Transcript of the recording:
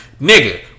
Nigga